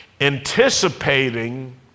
anticipating